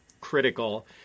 critical